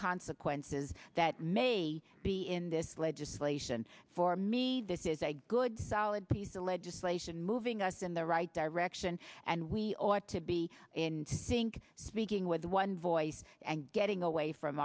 consequences that may be in this legislation for me this is a good solid piece of legislation moving us in the right direction and we ought to be in sync speaking with one voice and getting away from